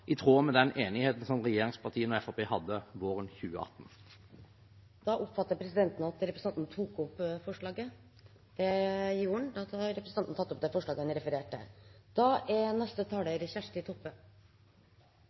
i tråd med den enigheten regjeringspartiene og Fremskrittspartiet hadde våren 2018. Representanten Roy Steffensen har tatt opp de forslagene han refererte til. Som det